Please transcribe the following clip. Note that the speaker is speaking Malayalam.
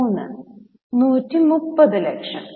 മൂന്ന് 130 ലക്ഷം